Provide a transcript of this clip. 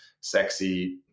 sexy